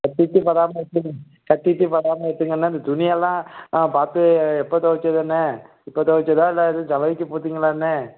கத்தி கித்தி படாமல் வெட்டுங்கள் கத்தி கித்தி படாமல் வெட்டுங்களண்ணே அந்தத் துணியெல்லாம் பார்த்து எப்போ துவச்சதண்ணே இப்ப துவச்சதா இல்லை எதுவும் சலவைக்கு போட்டீங்களாண்ணே